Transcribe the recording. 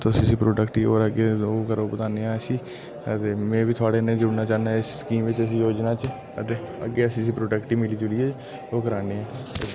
तुस इसी प्रोडक्ट गी होर अग्गें ओह् करो बधाने आं इसी ते में बी थोहाड़े कन्नै जुड़ना चाह्न्नां इस स्कीम बिच्च इस योजना च अग्गें अग्गें अस इस प्रोडक्ट गी मिली जुलियै ओह् करानें